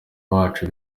bacu